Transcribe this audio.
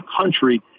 country